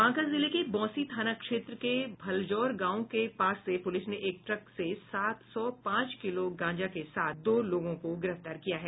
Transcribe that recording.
बांका जिले के बौंसी थाना क्षेत्र के भलजौर गांव के पास से पुलिस ने एक ट्रक से सात सौ पांच किलो गांजा के साथ दो लोगों को गिरफ्तार किया है